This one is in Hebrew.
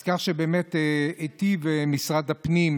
אז כך שבאמת היטיב משרד הפנים,